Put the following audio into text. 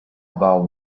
about